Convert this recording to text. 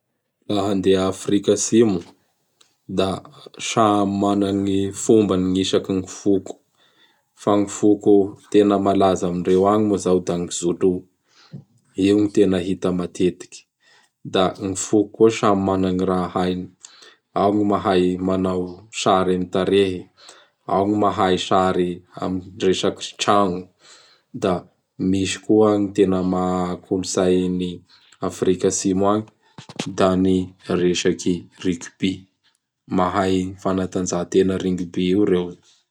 Laha handeha a Afrika Atsimo; da samy gny fombany gny isaky ny foko. Fa gny foko tena malaza amindreo agny moa izao da gny Zoulou. Io gny tena hita matetiky. Da gn foko koa sam mana gn raha hainy. Ao gn mahay manao sary am tarehy, Ao gn mahay sary am resaky tragno, da misy koa gn tena am maha Kolotsain'i Afrika Atsimo agny; da ny resaky Rugby. Mahay ny fanatanjaha-tena Rugby io reo.